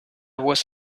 was